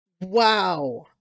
wow